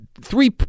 three